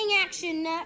action